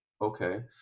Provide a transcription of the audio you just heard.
okay